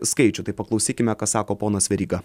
skaičių tai paklausykime ką sako ponas veryga